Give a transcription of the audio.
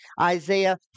Isaiah